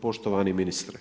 Poštovani ministre.